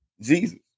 Jesus